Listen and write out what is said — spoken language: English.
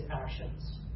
actions